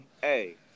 Hey